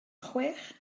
chwech